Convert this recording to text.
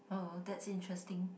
oh that's interesting